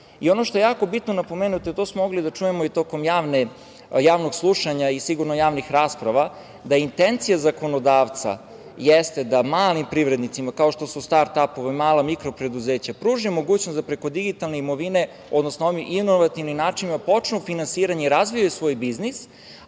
što je jako bitno napomenuti, a to smo mogli da čujemo i tokom javnog slušanja i sigurno javnih rasprava, da intencija zakonodavca jeste da malim privrednicima, kao što su startapovi, mala i mikro preduzeća pruži mogućnost da preko digitalne imovine, odnosno inovativnim načinima počnu finansiranje i razviju svoj biznis,